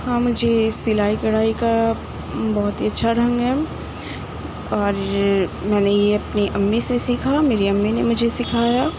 ہاں مجھے سلائی کڑھائی کا بہت ہی اچھا ڈھنگ ہے اور میں نے یہ اپنی امّی سے سیکھا میری امّی نے مجھے سکھایا